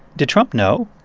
did trump know?